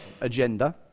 agenda